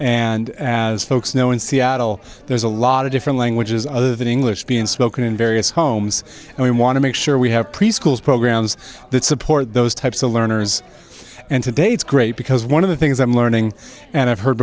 and as folks know in seattle there's a lot of different languages other than english being spoken in various homes and we want to make sure we have preschools programs that support those types of learners and today it's great because one of the things i'm learning and i've heard